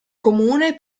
comune